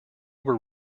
were